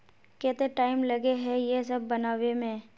केते टाइम लगे है ये सब बनावे में?